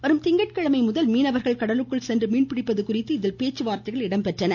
வரும் திங்கட்கிழமை முதல் மீனவர்கள் கடலுக்கு சென்று மீன்பிடிப்பது குறித்து இதில் பேச்சுவார்த்தைகள் இடம்பெற்றன